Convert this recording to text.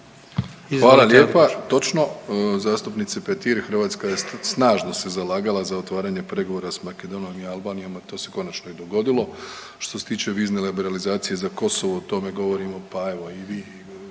Hvala lijepa. Točno, zastupnice Petir Hrvatska se snažno zalagala za otvaranje pregovora sa Makedonijom, Albanijom a to se konačno i dogodilo. Što se tiče vizne liberalizacije za Kosovo o tome govorimo pa evo i vi